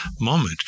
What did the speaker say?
moment